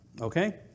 okay